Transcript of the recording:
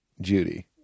Judy